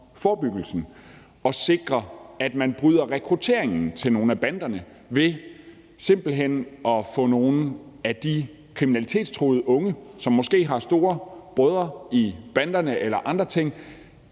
forebyggelsen og om at sikre, at man bryder rekrutteringen til nogle af banderne ved simpelt hen at få nogle af de kriminalitetstruede unge, som måske har storebrødre i banderne eller andre ting,